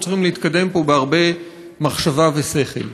צריכים להתקדם פה בהרבה מחשבה ושכל.